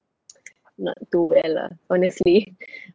not do well lah honestly